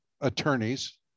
attorneys